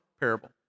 parable